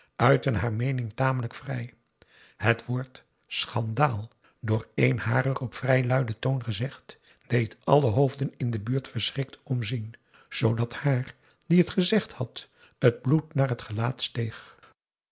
uitten haar meening tamelijk vrij het woord schandaal door een harer op vrij luiden toon gezegd deed alle hoofden in de buurt verschrikt omzien zoodat haar die het gezegd had t bloed naar het gelaat steeg